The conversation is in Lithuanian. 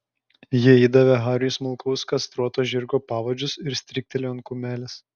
ji įdavė hariui smulkaus kastruoto žirgo pavadžius ir stryktelėjo ant kumelės